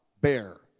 bear